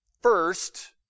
first